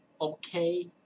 okay